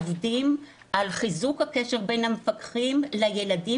עובדים על חיזוק הקשר בין המפקחים לילדים,